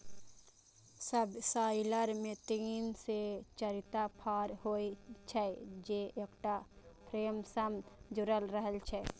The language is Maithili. सबसॉइलर मे तीन से चारिटा फाड़ होइ छै, जे एकटा फ्रेम सं जुड़ल रहै छै